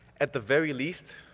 at the very least,